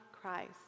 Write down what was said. Christ